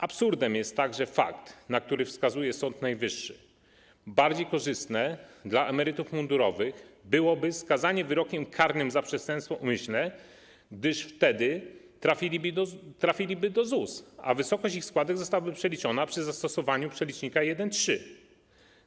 Absurdem jest także fakt, na który wskazuje Sąd Najwyższy: bardziej korzystne dla emerytów mundurowych byłoby skazanie wyrokiem karnym za przestępstwo umyślne, gdyż wtedy trafiliby do ZUS, a wysokość ich składek zostałaby przeliczona przy zastosowaniu przelicznika 1,3.